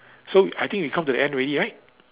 so I think we come to the end already right